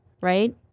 right